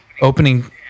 Opening